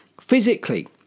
physically